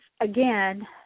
again